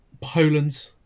Poland